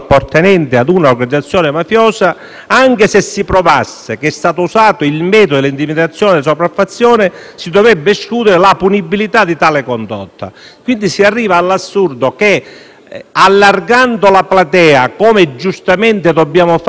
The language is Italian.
anche se si provasse che è stato usato il metodo dell'intimidazione e della sopraffazione, si dovrebbe escludere la punibilità di tale condotta. Quindi si arriva all'assurdo che, allargando la platea, come giustamente dobbiamo fare, individuando il patto